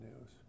news